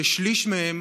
ששליש מהם